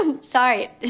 Sorry